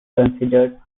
considered